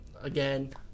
again